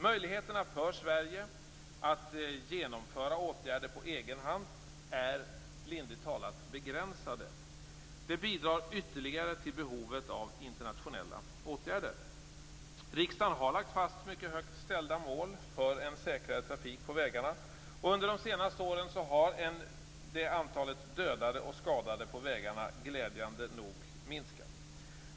Möjligheterna för Sverige att genomföra åtgärder på egen hand är lindrigt talat begränsade. Det bidrar ytterligare till behovet av internationella åtgärder. Riksdagen har lagt fast mycket högt ställda mål för en säkrare trafik på vägarna. Under de senaste åren har antalet dödade och skadade på vägarna glädjande nog minskat.